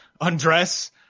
undress